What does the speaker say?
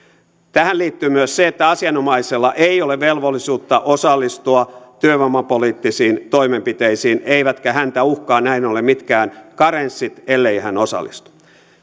tähän liittyy myös se että asianomaisella ei ole velvollisuutta osallistua työvoimapoliittisiin toimenpiteisiin eivätkä häntä uhkaa näin ollen mitkään karenssit ellei hän osallistu